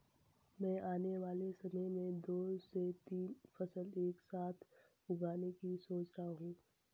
मैं आने वाले समय में दो से तीन फसल एक साथ उगाने की सोच रहा हूं